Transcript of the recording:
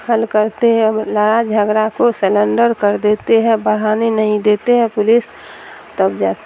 حل کرتے ہیں لڑائ جھگڑا کو سرینڈر کر دیتے ہیں بڑھانے نہیں دیتے ہیں پولیس تب جاتے